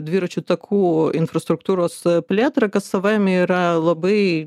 dviračių takų infrastruktūros plėtrą kas savaime yra labai